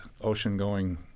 ocean-going